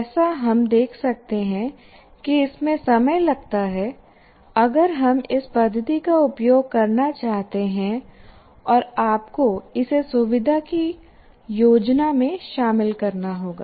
जैसा हम देख सकते हैं कि इसमें समय लगता है अगर हम इस पद्धति का उपयोग करना चाहते हैं और आपको इसे सुविधा को योजना में शामिल करना होगा